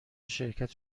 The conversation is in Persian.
شرکت